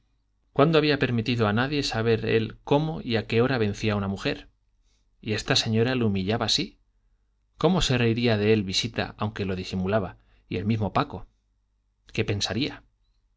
cuándo había permitido a nadie saber el cómo y a qué hora vencía a una mujer y esta señora le humillaba así cómo se reiría de él visita aunque lo disimulaba y el mismo paco qué pensaría